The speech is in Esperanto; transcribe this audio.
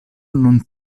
nun